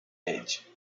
edge